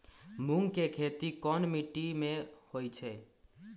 मूँग के खेती कौन मीटी मे होईछ?